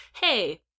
hey